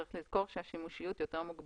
צריך לזכור שהשימושיות יותר מוגבלת.